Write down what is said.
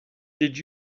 did